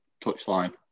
touchline